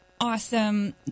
Awesome